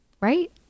right